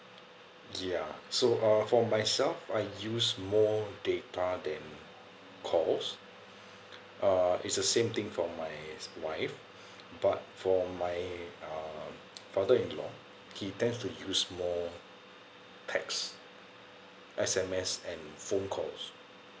ya so uh for myself I use more data than calls uh it's the same thing for my wife but for my um father-in-law he tends to use more text S_M_S and phone calls